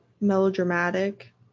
melodramatic